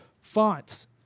fonts